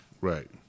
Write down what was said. Right